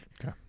Okay